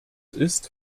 ist